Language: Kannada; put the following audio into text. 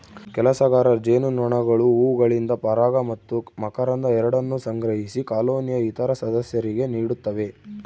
ಕೆಲಸಗಾರ ಜೇನುನೊಣಗಳು ಹೂವುಗಳಿಂದ ಪರಾಗ ಮತ್ತು ಮಕರಂದ ಎರಡನ್ನೂ ಸಂಗ್ರಹಿಸಿ ಕಾಲೋನಿಯ ಇತರ ಸದಸ್ಯರಿಗೆ ನೀಡುತ್ತವೆ